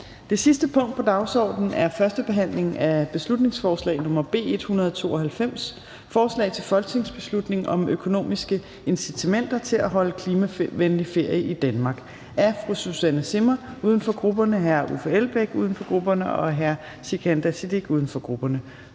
Det sidste punkt på dagsordenen er: 10) 1. behandling af beslutningsforslag nr. B 192: Forslag til folketingsbeslutning om økonomiske incitamenter til at holde klimavenlig ferie i Danmark. Af Susanne Zimmer (UFG), Uffe Elbæk (UFG) og Sikandar Siddique (UFG).